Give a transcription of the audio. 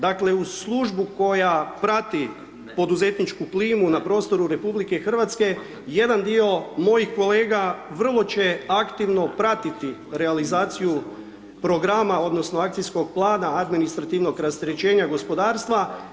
Dakle uz službu koja prati poduzetničku klimu na prostoru RH, jedan dio mojih kolega vrlo će aktivno pratiti realizaciju programa odnosno akcijskog plana administrativnog rasterećenja gospodarstva.